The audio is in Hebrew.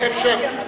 שב, שב.